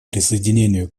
присоединению